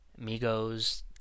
Amigos